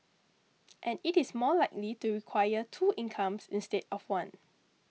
and it is more likely to require two incomes instead of one